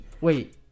Wait